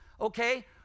okay